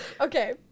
Okay